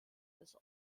des